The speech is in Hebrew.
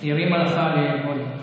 היא הרימה לך ל-volé.